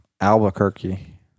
Albuquerque